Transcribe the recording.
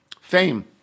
fame